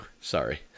Sorry